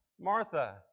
Martha